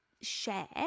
share